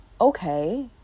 okay